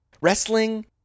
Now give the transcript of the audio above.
Wrestling